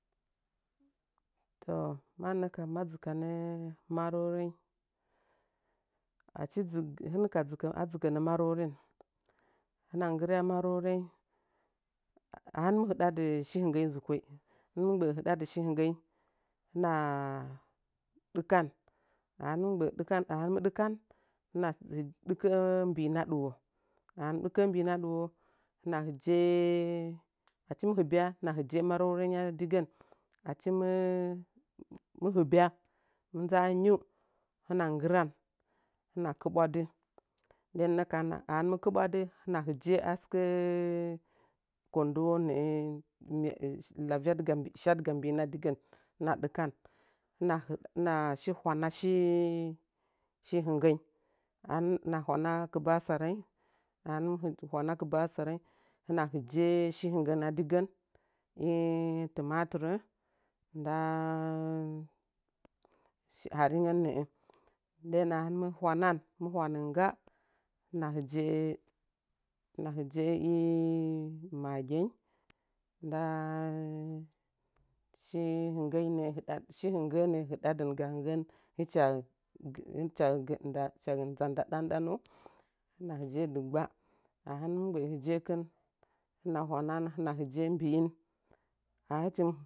Toh, mannəkam ma dəɨkanə maro reng “achi dzɨg – hɨna ka dzig – adzɨkənə maroren”, hɨna nggirya muroreng ahɨn mɨ haɗa dɨshi hinggəi zɨkoi hɨnɨmt gbə’ə hɨnimt gbə’ə hiɗadɨ shi hɨnggəi htnəa dɨkan ahtmim “gbə’ə ɗtkan – ahɨn mi dɨkan”, hɨnə hɨg – dɨkə’ə mbi ‘inəa dɨwo ahtnmɨ dɨkə’ə mbi’inəa ɗiwo htna htjə’ə achi mt hɨbya hinəa htjə’ə achi mt hɨbya hinəa htjə’ə marəureing ngya digən achi mɨ nɨbya mɨndz a’a’ ngiu hɨna nggɨran hɨna kɨɓwadɨ den nəkamu achi hɨntin ktɓwadɨ hɨna hɨjə’ə asɨkəə kondəwonə’ə “mya lavyadga – shadga – mbinəa digən hɨna dɨkan, hɨna həɗ-hɨnashi hwanashii – shi hɨnggəi ahɨn-hinəa hwana kɨba sarəing ahɨmɨ hɨna hɨjə’ə shi hɨggəna digən i timatɨrə ndaa shi haringəm nə’ə den a hɨnɨm hwaanan, nə hwanə ngga hɨna hɨjə’ə-hɨnəa hɨjə’ə maage “ndaa shi hɨnggəi “nə’əhɨɗa – shi hɨnggə nə’ə hɨdadinga hɨnggən hɨcha gə nda sə hɨcha ndza nda ɗandano hɨna hɨje’ə dɨgba a hɨ nɨm gbə’ə hɨje’ə kin htna hwa nan hina hɨje’ə mbi ‘mg a hɨchiru.